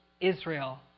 Israel